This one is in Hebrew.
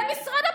למשרד הפנים: